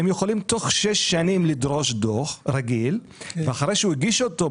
הם יכולים תוך שש שנים לדרוש דוח רגיל ואחרי שהוא הגיש אותו,